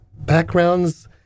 backgrounds